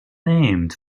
named